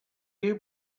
you